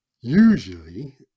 usually